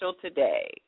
today